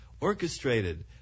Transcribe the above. Orchestrated